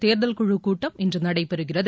தேர்தல் குழு கூட்டம் இன்று நடைபெறுகிறது